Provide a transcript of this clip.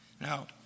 Now